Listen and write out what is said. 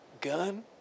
Gun